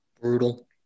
Brutal